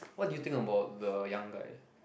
what do you think about the young guy